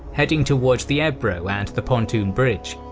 heading towards the ebro and the pontoon bridge.